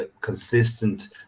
consistent